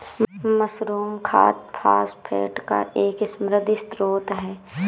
mushroom खाद phosphate का एक समृद्ध स्रोत है